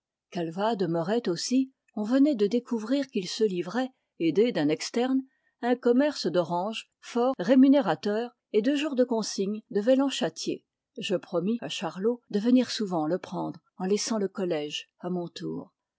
calvat demeurait aussi on venait de découvrir qu'il se livrait aidé d'un externe à un commerce d'oranges fort rémunérateur et deux jours de consigne devaient l'en châtier je promis à charlot de venir souvent le prendre en laissant le collège à mon tour